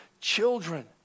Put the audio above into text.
children